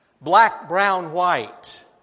black-brown-white